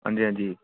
हांजी हांजी